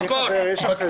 תזכור.